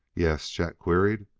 yes? chet queried.